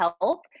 help